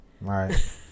Right